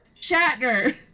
Shatner